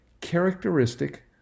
characteristic